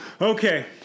Okay